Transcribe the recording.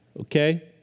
okay